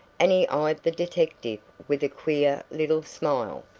and he eyed the detective with a queer little smile.